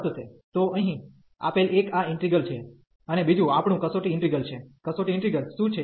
તો અહીં આપેલ એક આ ઈન્ટિગ્રલ છે અને બીજું આપણું કસોટી ઈન્ટિગ્રલ છે કસોટી ઈન્ટિગ્રલ શું છે